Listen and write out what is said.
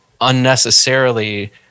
unnecessarily